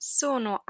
sono